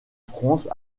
france